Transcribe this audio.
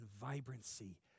vibrancy